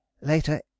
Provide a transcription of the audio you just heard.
Later